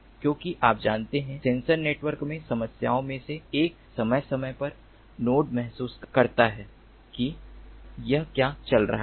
क्योंकि आप जानते हैं सेंसर नेटवर्क में समस्याओं में से एक समय समय पर नोड महसूस करता है कि यह क्या चल रहा है